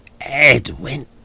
Edwin